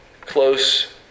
close